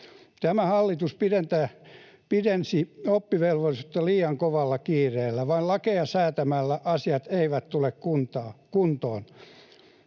Tämä hallitus pidensi oppivelvollisuutta liian kovalla kiireellä. Vain lakeja säätämällä asiat eivät tule kuntoon.